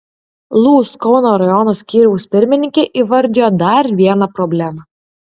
lūs kauno rajono skyriaus pirmininkė įvardijo dar vieną problemą